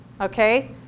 Okay